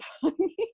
funny